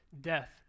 death